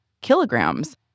kilograms